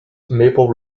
maple